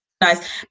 nice